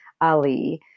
Ali